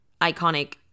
iconic